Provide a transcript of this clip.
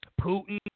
Putin